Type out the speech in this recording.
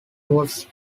was